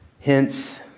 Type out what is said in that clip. hence